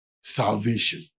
salvation